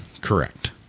correct